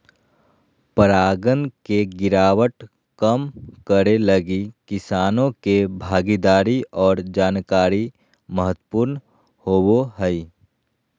परागण के गिरावट कम करैय लगी किसानों के भागीदारी और जानकारी महत्वपूर्ण होबो हइ